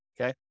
Okay